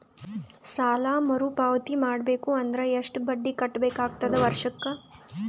ಸಾಲಾ ಮರು ಪಾವತಿ ಮಾಡಬೇಕು ಅಂದ್ರ ಎಷ್ಟ ಬಡ್ಡಿ ಕಟ್ಟಬೇಕಾಗತದ ವರ್ಷಕ್ಕ?